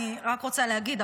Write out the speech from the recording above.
אני רק רוצה להגיד,